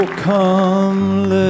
come